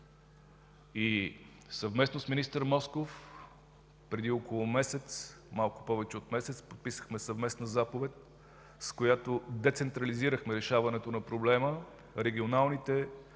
Съвместно с министър Москов преди около малко повече от месец подписахме съвместна заповед, с която децентрализирахме решаването на проблема. Регионалните